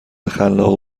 خلاق